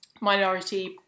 minority